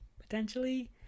potentially